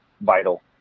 vital